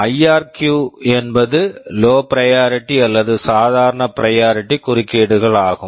ஐஆர்கிவ் IRQ என்பது low low priority priority அல்லது சாதாரண பிரையாரிட்டி priority குறுக்கீடுகள் ஆகும்